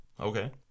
Okay